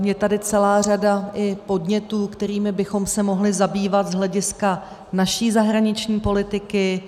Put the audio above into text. Je tady celá řada i podnětů, kterými bychom se mohli zabývat z hlediska naší zahraniční politiky.